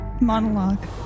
Monologue